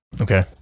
Okay